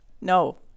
no